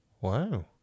Wow